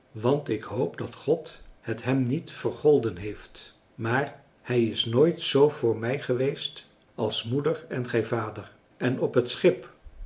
want ik hoop dat god het hem niet vergolden heeft maar hij is nooit zoo voor mij geweest als moeder en gij vader en op het schip